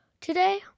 Today